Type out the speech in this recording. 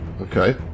Okay